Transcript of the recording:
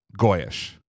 Goyish